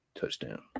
Touchdown